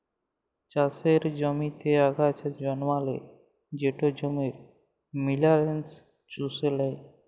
চাষের জমিতে আগাছা জল্মালে সেট জমির মিলারেলস চুষে লেই